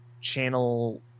channel